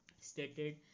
stated